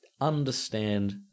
understand